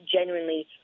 genuinely